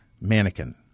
mannequin